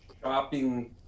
shopping